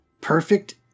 perfect